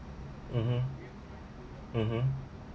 mmhmm mmhmm